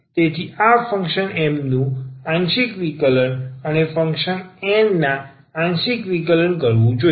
તેથી આ ફંક્શન Mનું આંશિક વિકલન અને ફંક્શન N ના આંશિક વિકલન કરવું જોઈએ